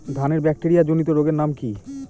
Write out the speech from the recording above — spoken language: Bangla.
ধানের ব্যাকটেরিয়া জনিত রোগের নাম কি?